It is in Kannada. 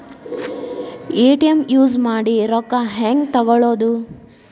ಎ.ಟಿ.ಎಂ ಯೂಸ್ ಮಾಡಿ ರೊಕ್ಕ ಹೆಂಗೆ ತಕ್ಕೊಳೋದು?